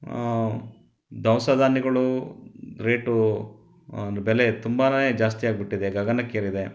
ದವಸ ಧಾನ್ಯಗಳು ರೇಟು ಅಂದರೆ ಬೆಲೆ ತುಂಬನೇ ಜಾಸ್ತಿಯಾಗ್ಬಿಟ್ಟಿದೆ ಗಗನಕ್ಕೇರಿದೆ